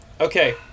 Okay